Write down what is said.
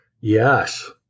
Yes